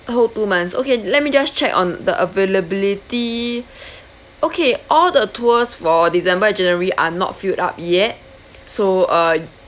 whole two months okay let me just check on the availability okay all the tours for december and january are not filled up yet so uh